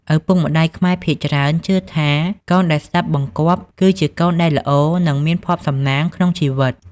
ឪពុកម្តាយខ្មែរភាគច្រើនជឿថាកូនដែលស្ដាប់បង្គាប់ គឺជាកូនដែល "ល្អ" និង "មានភ័ព្វសំណាង" ក្នុងជីវិត។